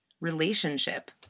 relationship